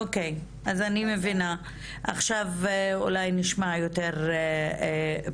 אוקי, אז אני מבינה, עכשיו אולי נשמע יותר פרטים,